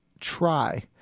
try